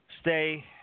stay